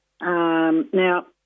Now